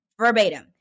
verbatim